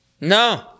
No